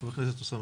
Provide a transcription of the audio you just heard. חבר הכנסת אוסמה